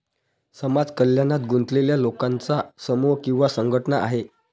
समाज कल्याणात गुंतलेल्या लोकांचा समूह किंवा संघटना आहे